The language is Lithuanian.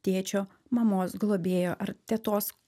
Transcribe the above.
tėčio mamos globėjo ar tetos